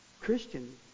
Christian